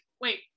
wait